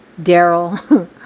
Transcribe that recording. Daryl